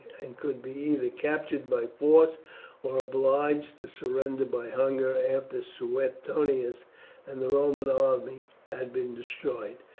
and could be either captured by force or obliged to surrender by hunger after suetonius and the roman army had been destroyed.